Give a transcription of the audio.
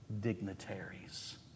dignitaries